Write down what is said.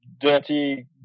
dirty